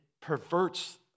perverts